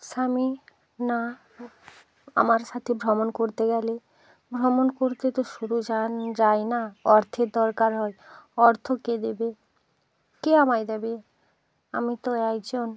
স্বামী না আমার সাথে ভ্রমণ করতে গেলে ভ্রমণ করতে তো শুরু যাওয়ার যাই না অর্থের দরকার হয় অর্থ কে দেবে কে আমায় দেবে আমি তো একজন